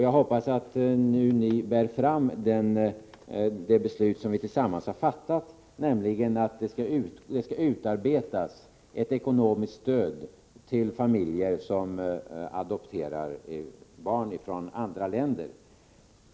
Jag hoppas att ni nu bär fram det beslut som vi tillsammans har fattat, nämligen att det skall utarbetas ett ekonomiskt stöd till familjer som adopterar barn från andra länder.